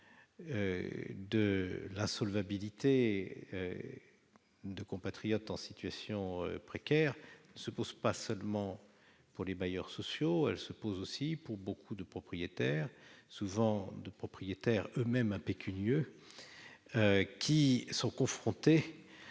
de l'insolvabilité de compatriotes en situation précaire se pose non seulement pour les bailleurs sociaux, mais aussi pour beaucoup de propriétaires, souvent eux-mêmes impécunieux, qui sont confrontés